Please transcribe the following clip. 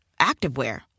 activewear